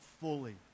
fully